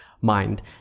mind